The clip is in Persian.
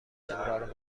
امرار